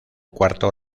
cuarto